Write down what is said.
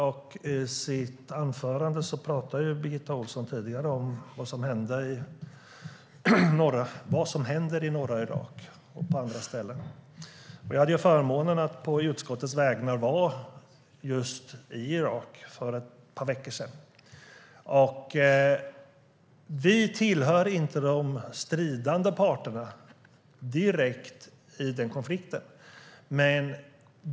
I sitt anförande talade Birgitta Ohlsson tidigare om vad som händer i norra Irak och på andra ställen. Jag hade förmånen att på utskottets vägnar vara i just Irak för ett par veckor sedan. Vi hör inte direkt till de stridande partierna i den konflikten.